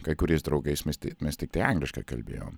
kai kuriais draugais mes ti mes tiktai angliškai kalbėjom